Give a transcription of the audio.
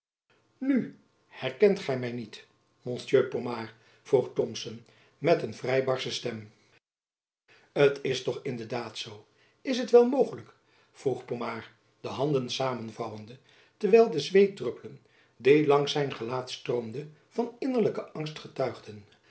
nu herkent gy my niet monsieur pomard vroeg thomson met een vrij barsche stem is het toch in de daad zoo is het wel mogelijk vroeg pomard de handen samenvouwende terwijl de zweetdruppelen die langs zijn gelaat stroomden van innerlijke angst getuigden